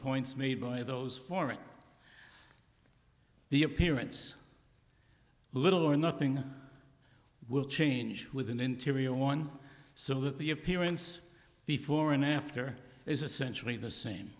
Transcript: points made by those forming the appearance little or nothing will change with an interior one so that the appearance before and after is essentially the same